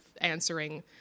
answering